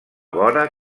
vora